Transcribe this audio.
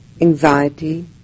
anxiety